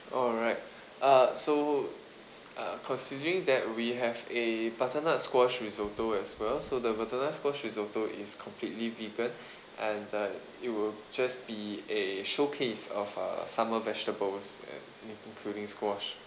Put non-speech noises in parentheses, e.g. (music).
alright (breath) uh so uh considering that we have a butternut squash risotto as well so the butternut squash risotto is completely vegan (breath) and uh it will just be a showcase of uh summer vegetables and in~ including squash